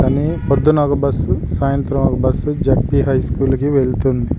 కానీ ప్రొద్దున ఒక బస్సు సాయంత్రం ఒక బస్సు జడ్ పి హై స్కూల్కి వెళుతుంది